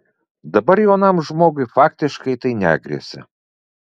dabar jaunam žmogui faktiškai tai negresia